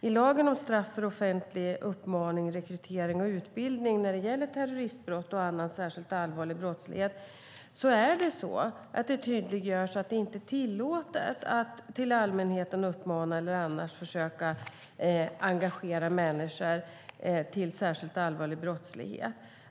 I lagen om straff för offentlig uppmaning, rekrytering och utbildning avseende terroristbrott och annan särskilt allvarlig brottslighet tydliggörs det att det inte är tillåtet att uppmana allmänheten eller annars försöka engagera människor till särskilt allvarlig brottslighet.